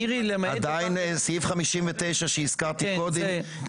עדיין סעיף 59 שהזכרתי קודם,